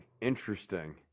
Interesting